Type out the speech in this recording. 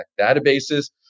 databases